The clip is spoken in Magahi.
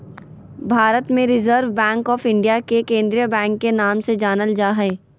भारत मे रिजर्व बैंक आफ इन्डिया के केंद्रीय बैंक के नाम से जानल जा हय